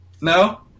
No